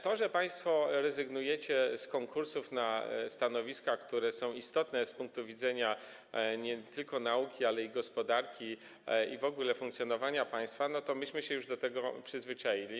To, że państwo rezygnujecie z konkursów na stanowiska, które są istotne z punktu widzenia nie tylko nauki, ale i gospodarki, i w ogóle funkcjonowania państwa, to myśmy już do tego się przyzwyczaili.